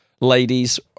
ladies